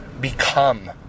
become